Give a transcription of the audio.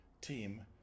team